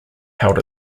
held